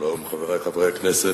שלום, חברי חברי הכנסת,